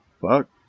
Fuck